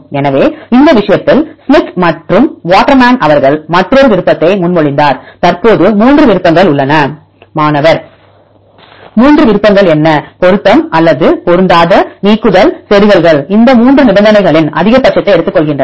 எனவே இந்த விஷயத்தில் ஸ்மித் மற்றும் வாட்டர்மேன் அவர்கள் மற்றொரு விருப்பத்தை முன்மொழிந்தனர் தற்போது 3 விருப்பங்கள் உள்ளன மாணவர் 3 விருப்பங்கள் என்ன பொருத்தம் அல்லது பொருந்தாத நீக்குதல் செருகல்கள் இந்த 3 நிபந்தனைகளின் அதிகபட்சத்தை எடுத்துக்கொள்கின்றன